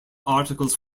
articles